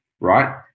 right